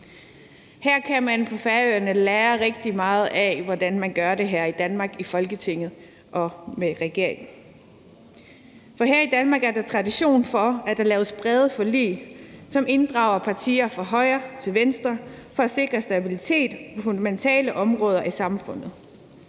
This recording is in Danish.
kan man lære rigtig meget af, hvordan man gør det her i Danmark i Folketinget og med regeringen. For her i Danmark er der tradition for, at der laves brede forlig, som inddrager partier fra højre til venstre for at sikre stabilitet på fundamentale områder af samfundet.